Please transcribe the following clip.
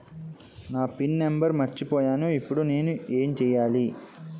నా pin number మర్చిపోయాను ఇప్పుడు నేను ఎంచేయాలి?